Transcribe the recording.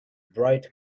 bright